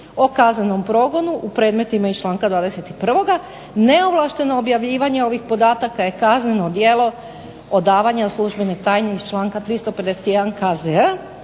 o kaznenom progonu u predmetima iz članka 21-oga, neovlašteno objavljivanje ovih podataka je kazneno djelo odavanja službenih tajni iz članka 351.